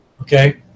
Okay